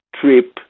trip